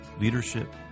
leadership